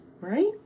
right